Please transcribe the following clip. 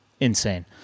insane